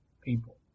people